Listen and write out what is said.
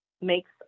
makes